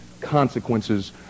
Consequences